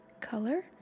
color